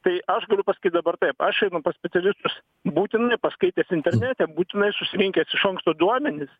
tai aš pasakyt dabar taip aš einu pas specialistą būtinai paskaitęs internete būtinai susirinkęs iš anksto duomenis